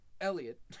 Elliot